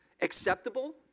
acceptable